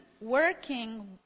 working